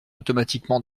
automatiquement